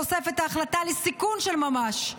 חושפת החלטה לסיכון של ממש,